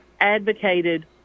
advocated